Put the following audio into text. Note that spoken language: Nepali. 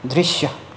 दृश्य